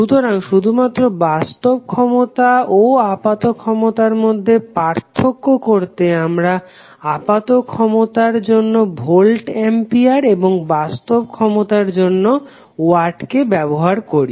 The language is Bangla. সুতরাং শুধুমাত্র বাস্তব ক্ষমতা ও আপাত ক্ষমতার মধ্যে পার্থক্য করতে আমরা আপাত ক্ষমতার জন্য ভোল্ট অ্যাম্পিয়ার এবং বাস্তব ক্ষমতার জন্য ওয়াট কে ব্যবহার করি